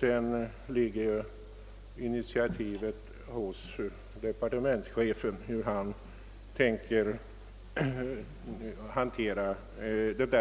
Sedan ligger initiativet hos departementschefen, som får avgöra hur han vill hantera